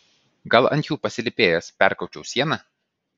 gal ant jų pasilypėjęs perkopčiau sieną